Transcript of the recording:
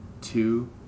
two